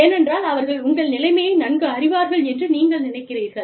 ஏனென்றால் அவர்கள் உங்கள் நிலைமையை நன்கு அறிவார்கள் என்று நீங்கள் நினைக்கிறீர்கள்